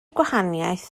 gwahaniaeth